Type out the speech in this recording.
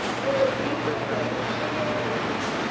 there are users of inferior beans.